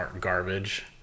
garbage